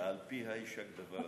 על פיה יישק דבר.